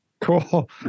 Cool